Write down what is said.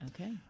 Okay